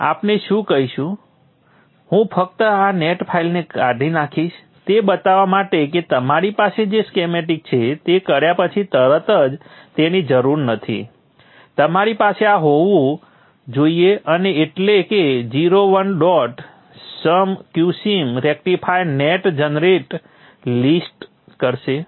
તેથી આપણે શું કરીશું હું ફક્ત આ નેટ ફાઇલને કાઢી નાખીશ તે બતાવવા માટે કે તમારી પાસે જે સ્કીમેટિક્સ છે તે કર્યા પછી તરત જ તેની જરૂર નથી તમારી પાસે આ હોવું જોઈએ અને એટલે કે 0 1 dot sum q sim rectifier net generate કરશે